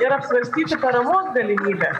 ir apsvarstyti paramos galimybes